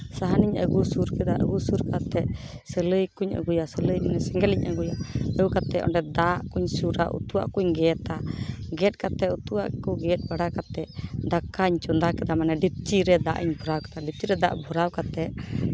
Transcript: ᱥᱟᱦᱟᱱᱤᱧ ᱟᱹᱜᱩ ᱥᱩᱨ ᱠᱮᱫᱟ ᱟᱹᱜᱩ ᱥᱩᱨ ᱠᱟᱛᱮᱜ ᱥᱟᱹᱞᱟᱹᱭ ᱠᱚᱧ ᱟᱹᱜᱩᱭᱟ ᱥᱟᱹᱞᱟᱹᱭ ᱢᱟᱱᱮ ᱥᱮᱸᱜᱮᱞ ᱤᱧ ᱟᱹᱜᱩᱭᱟ ᱟᱹᱜᱩ ᱠᱟᱛᱮᱜ ᱚᱸᱰᱮ ᱫᱟᱜ ᱠᱚᱧ ᱥᱩᱨᱟ ᱩᱛᱩᱣᱟᱜ ᱠᱚᱧ ᱜᱮᱛᱼᱟ ᱜᱮᱛ ᱵᱟᱲᱟ ᱠᱟᱛᱮᱜ ᱩᱛᱩᱣᱟᱜ ᱠᱚ ᱜᱮᱛ ᱵᱟᱲᱟ ᱠᱟᱛᱮᱜ ᱫᱟᱠᱟᱧ ᱪᱚᱸᱫᱟ ᱠᱮᱫᱟ ᱢᱟᱱᱮ ᱰᱮᱠᱪᱤ ᱨᱮ ᱫᱟᱜ ᱤᱧ ᱵᱷᱚᱨᱟᱣ ᱠᱮᱫᱟ ᱰᱮᱠᱪᱤ ᱨᱮ ᱫᱟᱜ ᱵᱷᱚᱨᱟᱣ ᱠᱟᱛᱮᱜ